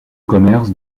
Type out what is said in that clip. commerce